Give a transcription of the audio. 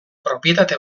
propietate